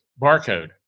barcode